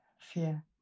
Fear